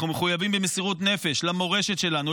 אנחנו מחויבים במסירות נפש למורשת שלנו,